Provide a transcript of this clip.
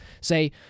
say